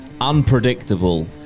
unpredictable